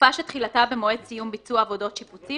תקופה שתחילתה במועד סיום ביצוע עבודות שיפוצים